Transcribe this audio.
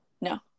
No